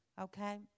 Okay